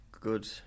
good